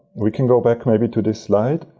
we can go back maybe to this slide.